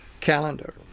calendar